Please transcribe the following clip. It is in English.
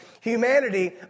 Humanity